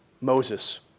Moses